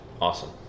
Awesome